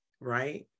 right